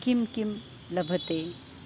किं किं लभते